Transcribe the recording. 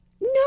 No